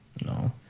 No